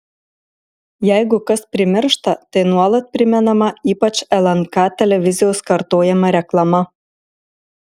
jeigu kas primiršta tai nuolat primenama ypač lnk televizijos kartojama reklama